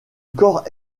corps